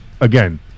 again